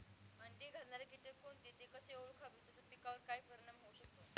अंडी घालणारे किटक कोणते, ते कसे ओळखावे त्याचा पिकावर काय परिणाम होऊ शकतो?